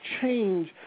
change